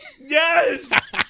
Yes